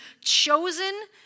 chosen